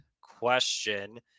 question